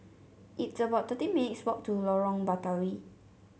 it's about thirteen minutes walk to Lorong Batawi